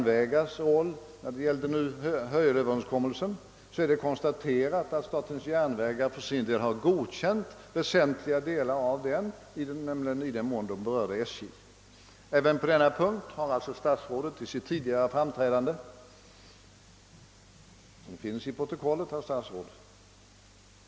Vidare har det konstaterats att statens järnvägar har godkänt väsentliga delar av Hörjelöverenskommelsen i den mån den berör SJ. Även på den punkten har alltså statsrådet misstagit sig i sina tidigare anföranden — det torde framgå av protokollet.